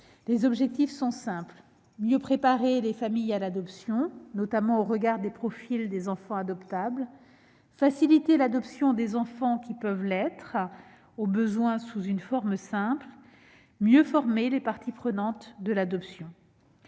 Les objectifs sont simples : mieux préparer les familles à l'adoption, notamment au regard des profils des enfants adoptables, faciliter l'adoption des enfants qui peuvent l'être, au besoin sous une forme simple, mieux former les parties prenantes de l'adoption.